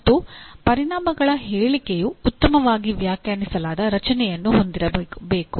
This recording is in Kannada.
ಮತ್ತು ಪರಿಣಾಮಗಳ ಹೇಳಿಕೆಯು ಉತ್ತಮವಾಗಿ ವ್ಯಾಖ್ಯಾನಿಸಲಾದ ರಚನೆಯನ್ನು ಹೊಂದಿರಬೇಕು